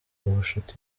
ubucuti